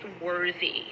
worthy